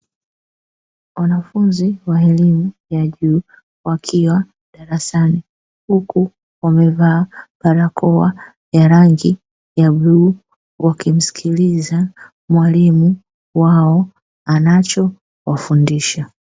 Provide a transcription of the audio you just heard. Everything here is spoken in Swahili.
Wanafunzi wa elimu ya juu, wakiwa darasani huku wamevaa barakoa ya rangi ya bluu, wakimsikiliza mwalimu wao anacho wafundisha.